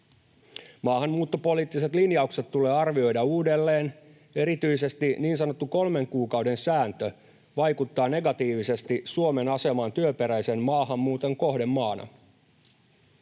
Maahanmuuttopoliittiset linjaukset tulee arvioida uudelleen. Erityisesti niin sanottu kolmen kuukauden sääntö vaikuttaa negatiivisesti Suomen asemaan työperäisen maahanmuuton kohdemaana.